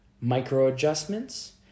micro-adjustments